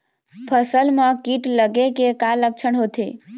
फसल म कीट लगे के का लक्षण होथे?